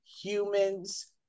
humans